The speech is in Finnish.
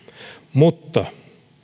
mutta